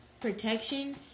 Protection